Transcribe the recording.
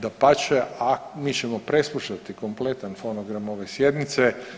Dapače, mi ćemo preslušati kompletan fonogram ove sjednice.